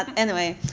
um anyway,